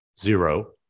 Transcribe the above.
zero